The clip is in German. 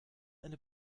eine